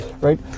right